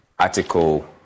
Article